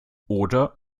oder